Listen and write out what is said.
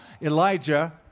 Elijah